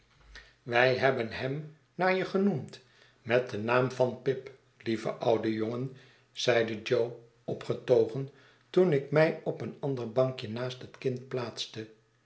wij hebben hem naar je genoemd met den naam van pip lieve oude jongen zeide jo opgetogen toen ik mij op een ander bankje naast het kind plaatste